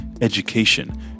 education